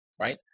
right